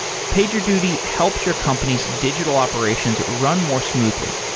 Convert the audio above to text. pagerduty helps your company's digital operations run more smoothly.